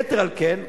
יתר על כן,